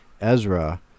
Ezra